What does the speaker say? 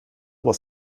wars